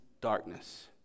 darkness